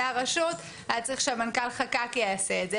הרשות היה צריך שמנכ"ל חק"ק יעשה את זה.